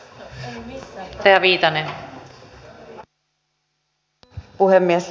arvoisa puhemies